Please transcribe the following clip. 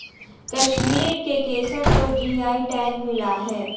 कश्मीर के केसर को जी.आई टैग मिला है